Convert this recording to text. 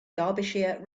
derbyshire